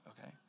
okay